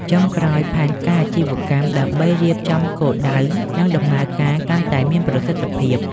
ចុងក្រោយផែនការអាជីវកម្ម ដើម្បីរៀបចំគោលដៅ និងដំណើរការកាន់តែមានប្រសិទ្ធភាព។